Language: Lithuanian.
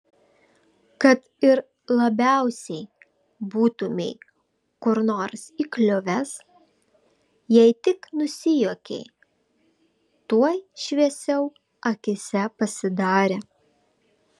kad ir labiausiai būtumei kur nors įkliuvęs jei tik nusijuokei tuoj šviesiau akyse pasidarė